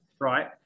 right